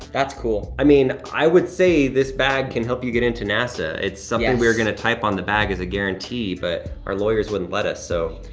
that's cool. i mean, i would say, this bag can help you get into nasa. yes. it's something we were gonna type on the bag as a guarantee, but our lawyers wouldn't let us. so,